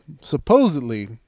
supposedly